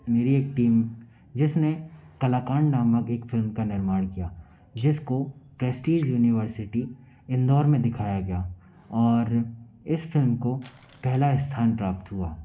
मेरी एक टीम जिसने कलाकार नामक एक फ़िल्म का निर्माण किया जिसको प्रेस्टीज़ यूनिवर्सिटी इंदौर में दिखाया गया और इस फ़िल्म को पहला स्थान प्राप्त हुआ